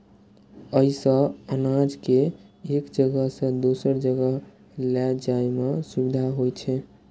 अय सं अनाज कें एक जगह सं दोसर जगह लए जाइ में सुविधा होइ छै